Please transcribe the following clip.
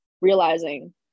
realizing